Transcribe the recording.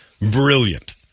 brilliant